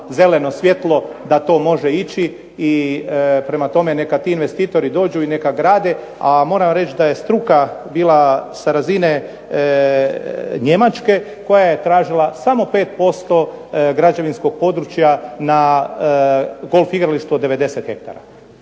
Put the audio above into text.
zeleno svjetlo da to može ići i prema tome neka ti investitori dođu i neka grade. A moram vam reći da je struka bila sa razine Njemačke koja je tražila samo 5% građevinskog područja na golf igralištu od 90 ha.